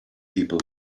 people